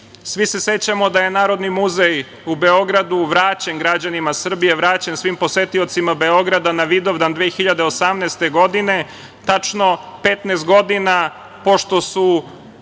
Svi se sećamo da je Narodni muzej u Beogradu vraćen građanima Srbije, vraćen svim posetiocima Beograda na Vidovdan 2018. godine, tačno 15 godina pošto su